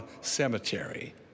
Cemetery